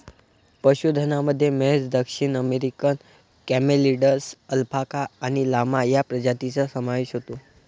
पशुधनामध्ये म्हैस, दक्षिण अमेरिकन कॅमेलिड्स, अल्पाका आणि लामा या प्रजातींचा समावेश होतो